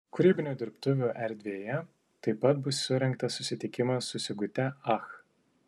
kūrybinių dirbtuvių erdvėje taip pat bus surengtas susitikimas su sigute ach